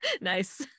Nice